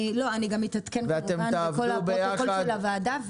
אני גם אתעדכן בפרוטוקול של הוועדה.